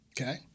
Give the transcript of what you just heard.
okay